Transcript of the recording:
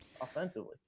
offensively